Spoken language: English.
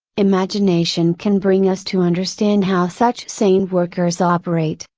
imagination can bring us to understand how such sane workers operate,